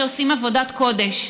שעושים עבודת קודש,